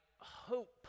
hope